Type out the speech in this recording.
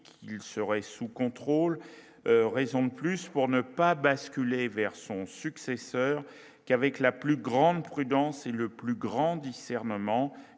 serait sous contrôle, raison de plus pour ne pas basculer vers son successeur qu'avec la plus grande prudence est le plus grand discernement